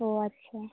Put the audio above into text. ও আচ্ছা